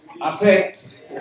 Affect